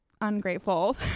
ungrateful